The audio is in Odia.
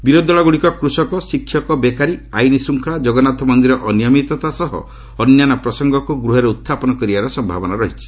ବିରୋଧି ଦଳଗୁଡ଼ିକ କୃଷକ ଶିକ୍ଷକ ବେକାରୀ ଆଇନ୍ ଶୃଙ୍ଗଳା ଜଗନ୍ନାଥ ମନ୍ଦିରରେ ଅନୀୟମିତତା ସହ ଅନ୍ୟାନ୍ୟ ପ୍ରସଙ୍ଗକୁ ଗୃହରେ ଉହ୍ରାପନ କରିବାର ସମ୍ଭାବନା ରହିଛି